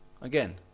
again